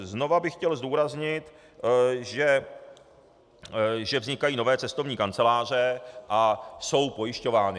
Znova bych chtěl zdůraznit, že vznikají nové cestovní kanceláře a jsou pojišťovány.